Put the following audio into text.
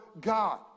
God